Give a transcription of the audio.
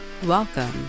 Welcome